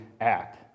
act